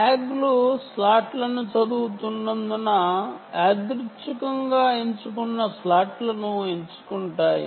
ట్యాగ్లు స్లాట్లను చదువుతున్నందున యాదృచ్చికంగా ఎంచుకున్న స్లాట్లను ఎంచుకుంటాయి